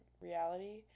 reality